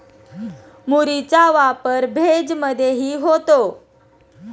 मुरीचा वापर भेज मधेही होतो